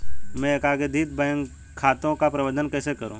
मैं एकाधिक बैंक खातों का प्रबंधन कैसे करूँ?